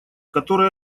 который